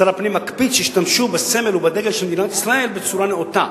שר הפנים מקפיד שישתמשו בסמל ובדגל של מדינת ישראל בצורה נאותה.